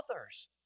others